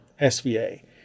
SVA